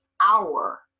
hour